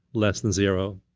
less than zero